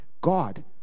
God